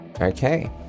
Okay